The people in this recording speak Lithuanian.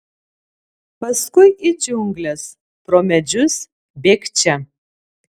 paskui į džiungles pro medžius bėgčia